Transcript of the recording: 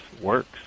works